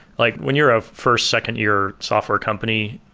like when you're a first, second year software company,